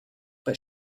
but